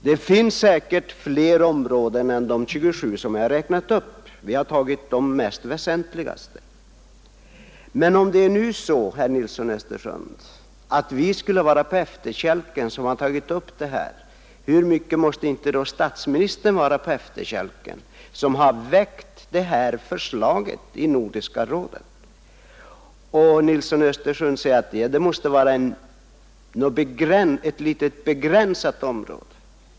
Det finns säkert flera områden än de 27 som jag har räknat upp. Vi har tagit de mest väsentliga. Men om nu vi, herr Nilsson i Östersund, som har tagit upp detta skulle vara på efterkälken, hur mycket måste inte då statsministern vara på efterkälken, som har väckt detta förslag i Nordiska rådet. Herr Nilsson i Östersund påstår att det då måste gälla ett litet begränsat område.